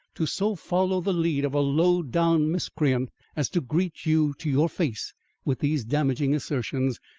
to so follow the lead of a low-down miscreant as to greet you to your face with these damaging assertions,